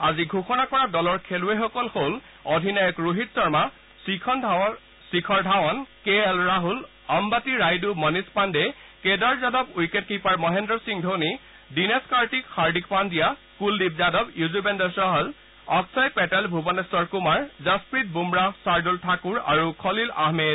আজি ঘোষণা কৰা দলৰ খেলুৱৈসকল হ'ল অধিনায়ক ৰোহিত শৰ্মা শিখৰ ধাৱন কে এল ৰাছল অম্বাৱতী ৰাইডু মণিষ পাণ্ডে কেদাৰ যাদৱ উইকেট কীপাৰ মহেন্দ্ৰ সিং ধোনী দীনেশ কাৰ্তিক হাৰ্ডিক পাণ্ডিয়া কুলদীপ যাদৱ য়ুজৱেন্দ্ৰ চহল অক্ষয় পেটেল ভূৱনেশ্বৰ কুমাৰ যশপ্ৰীত বুমৰাহ ছাৰ্দুল ঠাকুৰ আৰু খলিল আহমেদ